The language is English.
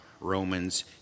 Romans